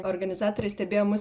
organizatoriai stebėjo mus